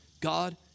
God